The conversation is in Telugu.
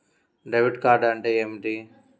డెబిట్ కార్డ్ అంటే ఏమిటి?